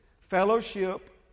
fellowship